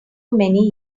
many